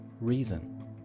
reason